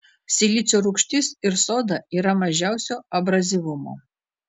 silicio rūgštis ir soda yra mažiausio abrazyvumo